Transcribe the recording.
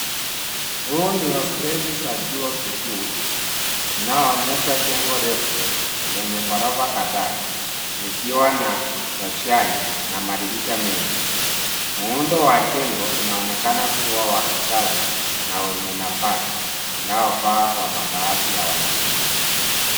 Huu ni hosteli za chuo kikuu, unaoonyesha jengo refu lenye ghorofa kadhaa, likiwa na roshani na madirisha mengi. Muundo wa jengo unaonekana kua wa kisasa na wenye nafasi, unaofaa kwa makazi ya wanafunzi.